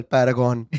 Paragon